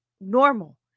normal